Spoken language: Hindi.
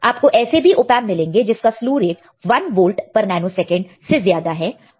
आपको ऐसे भी ऑपएंप मिलेंगे जिसका स्लु रेट 1 वोल्ट पर नैनो सेकंड से ज्यादा है